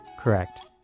Correct